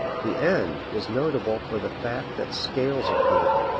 the end is notable for the fact that scales appear.